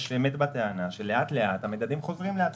יש אמת בטענה שלאט לאט המדדים חוזרים לעצמם.